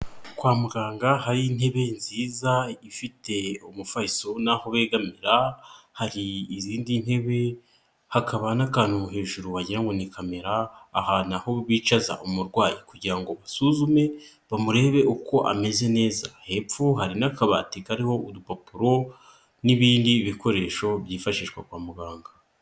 Kwa muganga hari intebe nziza ifite umufariso n'aho begamira, hari izindi ntebe, hakaba n'akantu hejuru wagira ngo ni kamera ahantu aho bicaza umurwayi kugira ngo basuzume bamurebe uko ameze neza, hepfo hari n'akabati kariho udupapuro n'ibindi bikoresho byifashishwa kwa muganga.